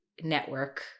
network